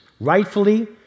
rightfully